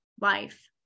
life